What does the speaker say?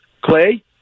Clay